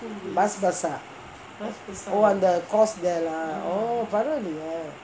bus bus ah oh அந்த:antha course there lah பரவாலயே:paravalayae